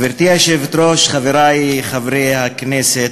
גברתי היושבת-ראש, חברי חברי הכנסת,